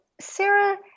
sarah